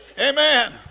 Amen